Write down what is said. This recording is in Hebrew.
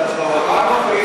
אתם רק מפריעים לו.